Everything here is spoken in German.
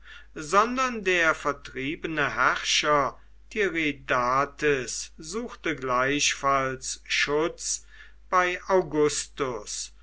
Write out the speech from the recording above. sondern der vertriebene herrscher tiridates suchte gleichfalls schutz bei augustus